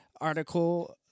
article